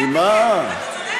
ממה?